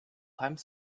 time